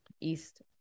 east